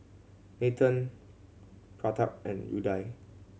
Nathan Pratap and Udai